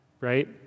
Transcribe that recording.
right